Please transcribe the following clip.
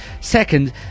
second